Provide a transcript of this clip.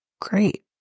great